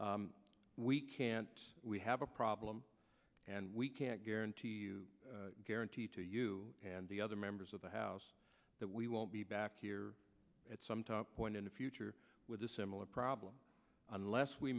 it we can't we have a problem and we can't guarantee you guarantee to you and the other members of the house that we won't be back here at some top point in the future with a similar problem unless we